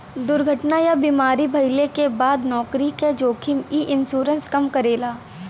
दुर्घटना या बीमारी भइले क बाद नौकरी क जोखिम क इ इन्शुरन्स कम करेला